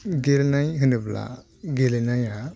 गेलेनाय होनोब्ला गेलेनाया